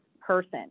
person